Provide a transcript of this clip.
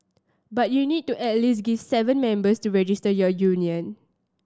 but you need at least seven members to register your union